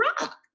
Rock